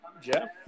Jeff